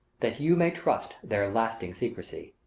that you may trust their lasting secrecy.